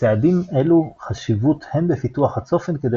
לצעדים אילו חשיבות הן בפיתוח הצופן כדי